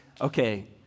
okay